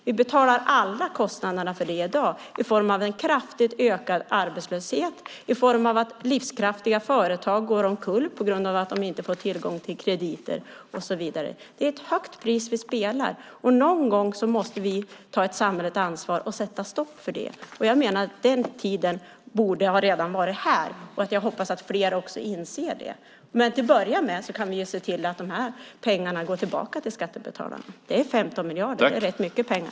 Vi betalar alla kostnader för det i dag i form av en kraftigt ökad arbetslöshet och att livskraftiga företag går omkull på grund av att de inte får tillgång till krediter och så vidare. Det är ett högt spel vi spelar, och någon gång måste vi ta ett samhälleligt ansvar och sätta stopp för det. Den tiden borde redan ha varit här. Jag hoppas att fler inser det. Men till att börja med kan vi se till att dessa pengar går tillbaka till skattebetalarna. Det är 15 miljarder, vilket är rätt mycket pengar.